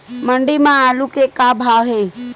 मंडी म आलू के का भाव हे?